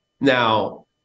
Now